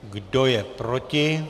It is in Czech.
Kdo je proti?